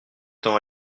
temps